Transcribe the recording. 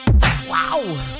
Wow